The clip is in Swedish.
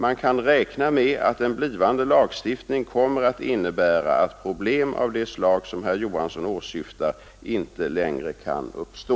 Man kan räkna med att en blivande lagstiftning kommer att innebära att problem av det slag som herr Johansson åsyftar inte längre kan uppstå.